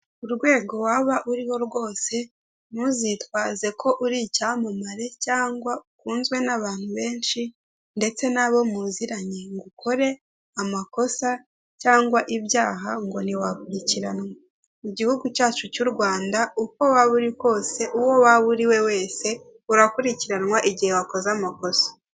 Urwego waba uriho rwose ntuzitwaze ko uri icyamamare cyangwa ukunzwe n'abantu benshi ndetse nabo muziranye ngo ukore amakosa cyangwa ibyaha ngo ntiwakurikiranwa, igihugu cyacu cy'u Rwanda uko waba uri kose uwo waba uri wese urakurikiranwa mu gihe wakoze amakosa.